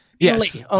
Yes